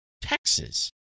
Texas